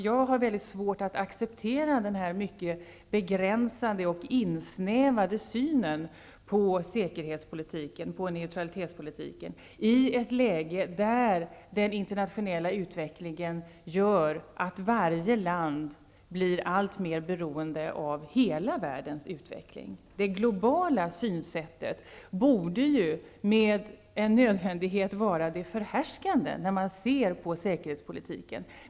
Jag har svårt att acceptera den här mycket begränsade och insnävade synen på säkerhetspolitiken och neutralitetspolitiken i ett läge där den internationella utvecklingen gör att varje land blir alltmer beroende av hela världens utveckling. Det globala synsättet borde ju med nödvändighet vara det förhärskande när man ser på säkerhetspolitiken.